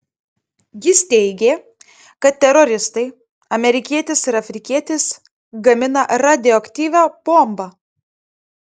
jis teigė kad teroristai amerikietis ir afrikietis gamina radioaktyvią bombą